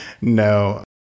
No